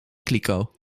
kliko